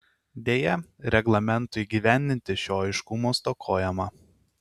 deja reglamentui įgyvendinti šio aiškumo stokojama